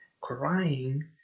crying